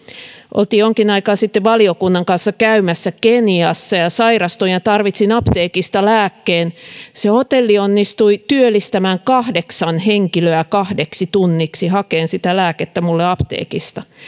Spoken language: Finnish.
olimme jonkin aikaa sitten valiokunnan kanssa käymässä keniassa ja sairastuin ja tarvitsin apteekista lääkkeen se hotelli onnistui työllistämään kahdeksan henkilöä kahdeksi tunniksi hakemaan sitä lääkettä minulle apteekista